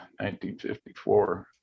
1954